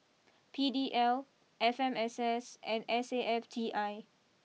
P D L F M S S and S A F T I